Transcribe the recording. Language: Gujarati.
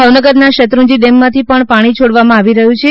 ભાવનગર ના શેત્રુંજી ડેમ માથી પણ પાણી છોડાઈ રહ્યું છે